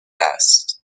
است